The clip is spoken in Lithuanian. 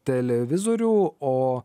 televizorių o